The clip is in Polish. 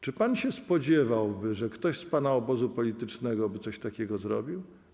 Czy pan się spodziewa, że ktoś z pana obozu politycznego by coś takiego zrobił?